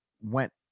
went